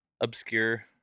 obscure